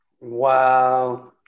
Wow